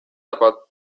about